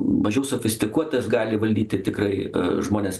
mažiau sofistikuotas gali valdyti tikrai žmonės